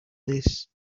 this